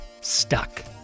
stuck